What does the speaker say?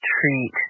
treat